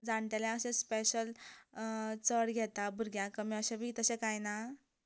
जाणटेल्यांक अशें स्पेशल चड घेता भुरग्यांक कमी अशें बी तशें कांय ना